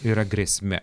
yra grėsmė